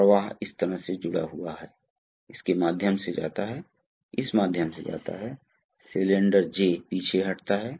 तो तरल पदार्थ इस तरह से गुजर रहा है अब अगर अचानक अचानक बहुत दबाव होता है तो क्या होगा क्योंकि यह संकीर्ण छिद्र है इसलिए यहां और यहां दबाव समान नहीं होगा